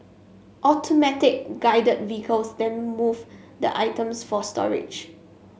automatic Guided Vehicles then move the items for storage